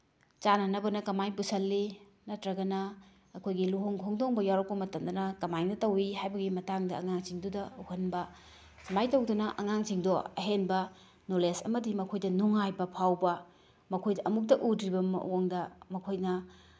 ꯆꯥꯅꯅꯕꯅ ꯀꯃꯥꯏꯅ ꯄꯨꯁꯤꯜꯂꯤ ꯅꯠꯇ꯭ꯔꯒꯅ ꯑꯩꯈꯣꯏꯒꯤ ꯂꯨꯍꯣꯡ ꯈꯣꯡꯗꯣꯡꯕ ꯌꯥꯎꯔꯛꯄ ꯃꯇꯝꯗꯅ ꯀꯃꯥꯏꯅ ꯇꯧꯋꯤ ꯍꯥꯏꯕꯒꯤ ꯃꯇꯥꯡꯗ ꯑꯉꯥꯡꯁꯤꯡꯗꯨꯗ ꯎꯍꯟꯕ ꯁꯨꯃꯥꯏꯅ ꯇꯧꯗꯅ ꯑꯉꯥꯡꯁꯤꯡꯗꯣ ꯑꯍꯦꯟꯕ ꯅꯣꯂꯦꯖ ꯑꯃꯗꯤ ꯃꯈꯣꯏꯗ ꯅꯨꯡꯉꯥꯏꯕ ꯐꯥꯎꯕ ꯃꯈꯣꯏꯗ ꯑꯃꯨꯛꯇ ꯎꯗ꯭ꯔꯤꯕ ꯃꯑꯣꯡꯗ ꯃꯈꯣꯏꯅ